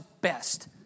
best